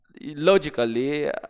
logically